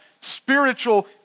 spiritual